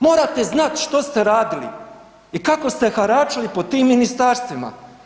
Morate znati što ste radili i kako ste haračili po tim ministarstvima.